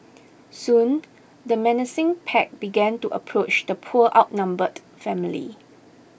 soon the menacing pack began to approach the poor outnumbered family